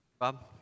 Bob